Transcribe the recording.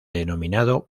denominado